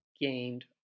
gained